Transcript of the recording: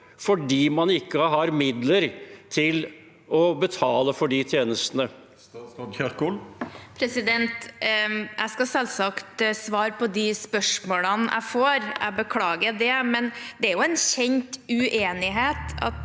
fordi man ikke har midler til å betale for de tjenestene? Statsråd Ingvild Kjerkol Jeg skal selv- sagt svare på de spørsmålene jeg får. Jeg beklager det, men det er jo en kjent uenighet